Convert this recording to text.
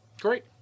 Great